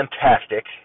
fantastic